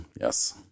Yes